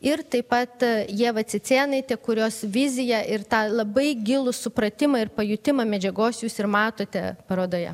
ir taip pat ieva cicėnaitė kurios viziją ir tą labai gilų supratimą ir pajutimą medžiagos jūs ir matote parodoje